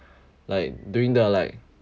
like doing the like